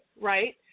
Right